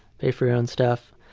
pay for your own stuff.